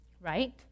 right